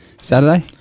Saturday